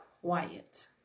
quiet